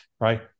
right